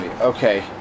Okay